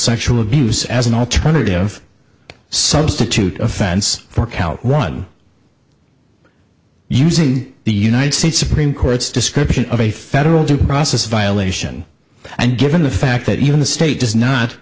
sexual abuse as an alternative substitute offense for count one using the united states supreme court's description of a federal due process violation and given the fact that even the state does not